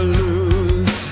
lose